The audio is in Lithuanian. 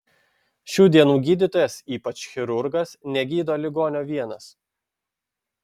šių dienų gydytojas ypač chirurgas negydo ligonio vienas